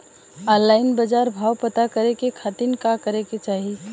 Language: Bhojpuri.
ऑनलाइन बाजार भाव पता करे के खाती का करे के चाही?